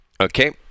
Okay